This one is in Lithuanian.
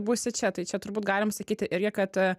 būsi čia tai čia turbūt galim sakyti irgi kad